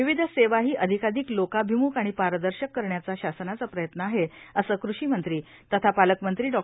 विविध सेवाही अधिकाधिक लोकाभिमुख आणि पारदर्शक करण्याचा शासनाचा प्रयत्न आहेए असे कृषी मंत्री तथा पालकमंत्री ॉ